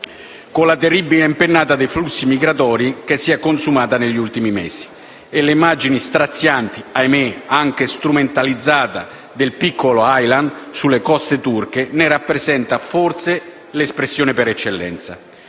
con la terribile impennata dei flussi migratori che si è consumata negli ultimi mesi e l'immagine straziante - ahimè anche strumentalizzata - del piccolo Aylan sulle coste turche ne rappresenta forse l'espressione per eccellenza,